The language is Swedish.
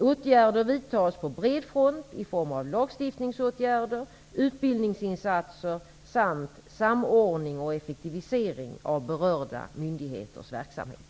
Åtgärder vidtas på bred front i form av lagstiftning, utbildningsinsatser samt samordning och effektivisering av berörda myndigheters verksamhet.